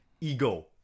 ego